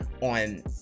on